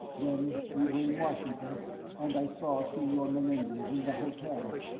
then we were in washington and i saw senor menendez in the hotel!